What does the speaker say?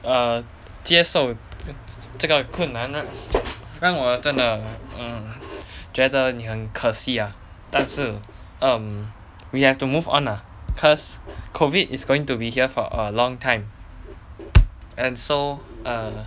err 接受这这个困难 ah 让我真的 um 觉得你很可惜 ah 但是 um we have to move on lah cause COVID is going to be here for a long time and so err